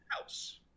house